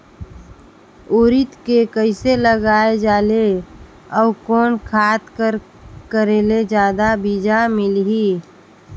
उरीद के कइसे लगाय जाले अउ कोन खाद कर करेले जादा बीजा मिलही?